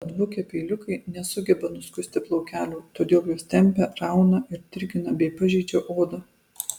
atbukę peiliukai nesugeba nuskusti plaukelių todėl juos tempia rauna ir dirgina bei pažeidžia odą